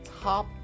top